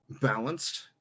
balanced